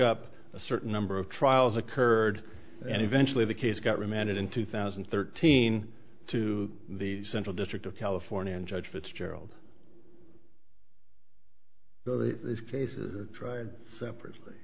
up a certain number of trials occurred and eventually the case got remanded in two thousand and thirteen to the central district of california and judge fitzgerald these cases are tried separately